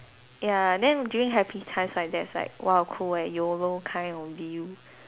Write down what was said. ya then during happy times like that's like !wah! cool like yolo kind only